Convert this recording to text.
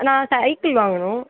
நான் சைக்கிள் வாங்கணும்